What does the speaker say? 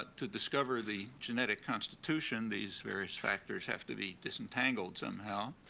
but to discover the genetic constitution, these various factors have to be disentangled somehow.